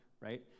right